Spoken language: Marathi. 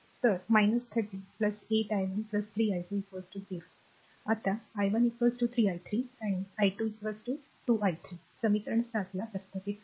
तर क्षमस्व 30 8 i 1 3 i2 0 आता i 1 3 i 3 आणिi2 2 i 3 समीकरण 7 ला प्रतिस्थापित करत आहे